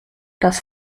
das